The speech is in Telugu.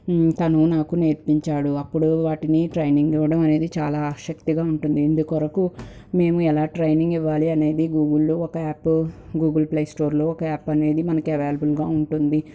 తను నాకు నేర్పించాడు అప్పుడు వాటిని ట్రైనింగ్ ఇవ్వడం అనేది చాలా ఆసక్తిగా ఉంటుంది ఇందుకొరకు మేము ఎలా ట్రైనింగ్ ఇవ్వాలి అనేది గూగుల్లో ఒక యాప్ గూగుల్ ప్లేస్టోర్లో ఒక యాప్ అనేది మనకి అవైలబుల్గా ఉంటుంది